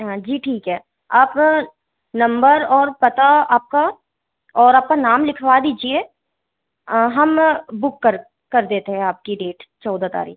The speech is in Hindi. हाँ जी ठीक है आप नंबर और पता आपका और आपका नाम लिखवा दीजिए हम बुक कर कर देते हैं आपकी डेट चौदह तारीख